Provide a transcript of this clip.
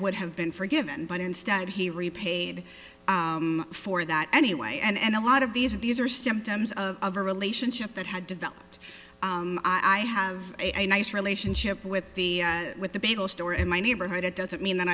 would have been forgiven but instead he repaid for that anyway and a lot of these are these are symptoms of a relationship that had developed i have a nice relationship with the with the bagel store in my neighborhood it doesn't mean that